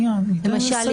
זה לא נכלל בחוק.